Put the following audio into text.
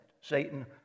Satan